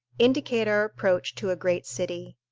indicate our approach to a great city.